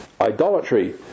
Idolatry